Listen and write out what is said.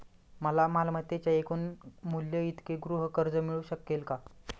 मला मालमत्तेच्या एकूण मूल्याइतके गृहकर्ज मिळू शकेल का?